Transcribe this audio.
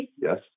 Yes